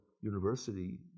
University